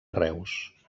reus